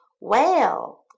Whale